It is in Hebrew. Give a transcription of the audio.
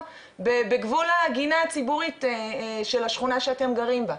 בגבול הגינה הציבורית של השכונה שאתם גרים בה.